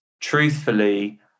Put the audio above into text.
truthfully